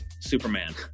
Superman